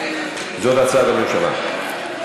זאת הצעת הממשלה.